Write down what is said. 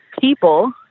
people